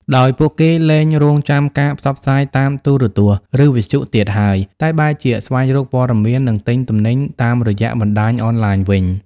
ដោយពួកគេលែងរង់ចាំការផ្សព្វផ្សាយតាមទូរទស្សន៍ ឬវិទ្យុទៀតហើយ តែបែរជាស្វែងរកព័ត៌មាន និងទិញទំនិញតាមរយៈបណ្ដាញអនឡាញវិញ។